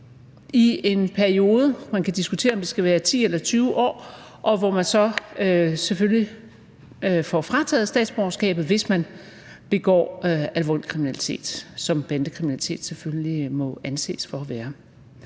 i en periode. Det kan diskuteres, om det skal være 10 eller 20 år, hvor man så selvfølgelig får frataget statsborgerskabet, hvis man begår alvorlig kriminalitet, som bandekriminalitet selvfølgelig må anses for at være.